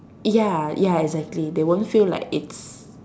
ya ya exactly they won't feel like it's